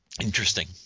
Interesting